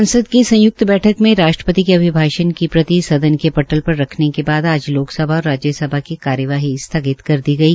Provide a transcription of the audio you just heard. संसद की संय्क्त बैठक में राष्ट्रपति के अभिभाषण के प्रति सदन के पटल पर रखने के बाद आज लोकसभा और राज्यसभा की कार्यवाही स्थगित कर दी गई